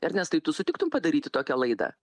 ernestai tu sutiktum padaryti tokią laidą